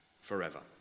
forever